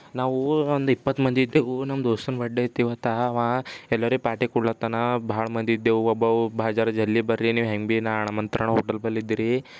ನಾವು ಒಂದು ಇಪ್ಪತ್ತು ಮಂದಿ ಇದ್ದೇವೆ ನಮ್ಮ ದೋಸ್ತನ ಬಡ್ಡೆ ಇತ್ತು ಇವತ್ತು ಅವ ಎಲ್ಲರಿಗೆ ಪಾರ್ಟಿ ಕೊಡ್ಲತ್ತನ ಭಾಳ ಮಂದಿ ಇದ್ದೇವೆ ಒಬ್ಬವ ಭಾ ಜರ ಜಲ್ದಿ ಬನ್ರಿ ನೀವು ಹೆಂಗೆ ಭಿ ನಾ ಆಮಂತ್ರಣ ಹೋಟೆಲ್ ಬಲ್ಲಿ ಇದ್ದೀರಿ